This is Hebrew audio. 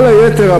כל היתר,